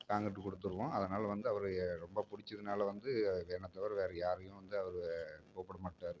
concrete கொடுத்துருவோம் அதனால் வந்து அவர் ரொம்ப பிடிச்சதுனால வந்து என்னை தவிர வேறு யாரையும் வந்து அவர் கூப்பிட மாட்டார்